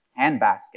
handbasket